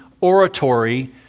oratory